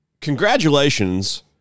congratulations